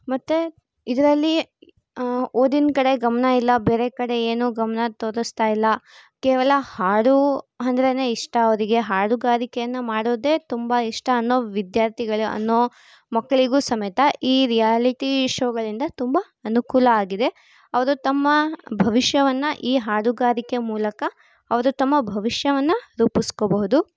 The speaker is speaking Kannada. ಮತ್ತು ಇದರಲ್ಲಿ ಓದಿನ ಕಡೆ ಗಮನ ಇಲ್ಲ ಬೇರೆ ಕಡೆ ಏನು ಗಮನ ತೋರಿಸ್ತಾ ಇಲ್ಲ ಕೇವಲ ಹಾಡು ಅಂದ್ರೇ ಇಷ್ಟ ಅವರಿಗೆ ಹಾಡುಗಾರಿಕೆಯನ್ನು ಮಾಡೋದೇ ತುಂಬ ಇಷ್ಟ ಅನ್ನೊ ವಿದ್ಯಾರ್ಥಿಗಳು ಅನ್ನೊ ಮಕ್ಕಳಿಗೂ ಸಮೇತ ಈ ರಿಯಾಲಿಟಿ ಶೋಗಳಿಂದ ತುಂಬ ಅನುಕೂಲ ಆಗಿದೆ ಅವರು ತಮ್ಮ ಭವಿಷ್ಯವನ್ನು ಈ ಹಾಡುಗಾರಿಕೆಯ ಮೂಲಕ ಅವರು ತಮ್ಮ ಭವಿಷ್ಯವನ್ನು ರೂಪಿಸ್ಕೋಬಹುದು